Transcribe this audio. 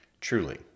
Truly